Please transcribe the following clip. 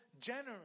generous